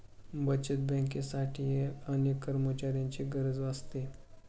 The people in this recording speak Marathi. बचत बँकेसाठीही अनेक कर्मचाऱ्यांची गरज असते